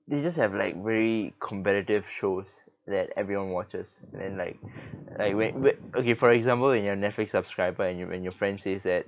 they just have like very competitive shows that everyone watches and then like like when when okay for example when you're a netflix subscriber and when when your friend says that